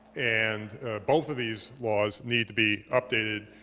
and both of these laws need to be updated,